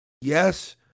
Yes